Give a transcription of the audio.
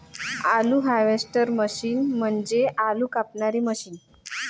आलू harvester machine म्हणजे आलू कापणारी मशीन